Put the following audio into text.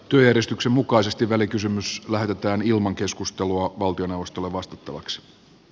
työjärjestyksen mukaisesti välikysymys lähetetään keskustelutta valtioneuvostolle vastattavaksi